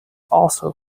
also